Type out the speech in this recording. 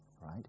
right